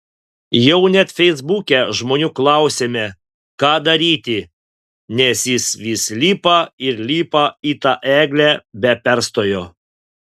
jau net feisbuke žmonių klausėme ką daryti nes jis vis lipa ir lipa į tą eglę be perstojo